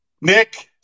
Nick